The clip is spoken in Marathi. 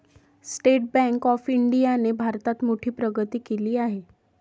स्टेट बँक ऑफ इंडियाने भारतात मोठी प्रगती केली आहे